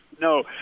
No